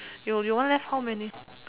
your your one left how many